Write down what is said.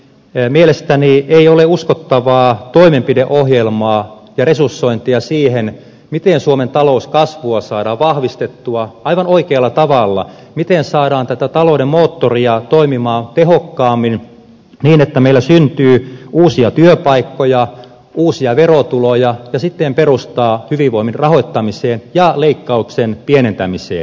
ensinnäkään mielestäni ei ole uskottavaa toimenpideohjelmaa ja resursointia siihen miten suomen talouskasvua saadaan vahvistettua aivan oikealla tavalla miten saadaan tätä talouden moottoria toimimaan tehokkaammin niin että meillä syntyy uusia työpaikkoja uusia verotuloja ja siten perustaa hyvinvoinnin rahoittamiseen ja leikkauksien pienentämiseen